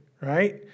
right